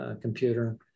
computer